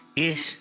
yes